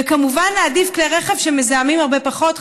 וכמובן להעדיף כלי רכב שמזהמים הרבה פחות,